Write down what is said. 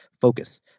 focus